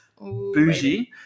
bougie